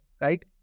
right